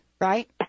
right